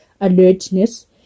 alertness